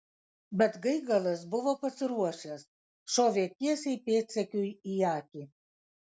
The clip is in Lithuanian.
bet gaigalas buvo pasiruošęs šovė tiesiai pėdsekiui į akį